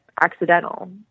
accidental